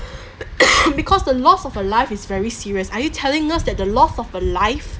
because the lost of a life is very serious are you telling us that the lost of a life